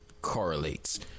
correlates